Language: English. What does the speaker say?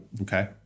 Okay